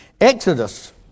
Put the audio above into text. Exodus